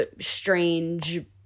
strange